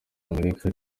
amerika